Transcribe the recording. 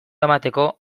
emateko